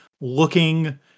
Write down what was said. looking